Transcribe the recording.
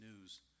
news